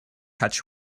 catch